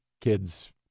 kids